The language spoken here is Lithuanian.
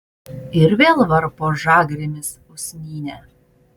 ir vėl varpo žagrėmis usnynę